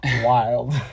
Wild